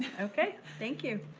okay, thank you.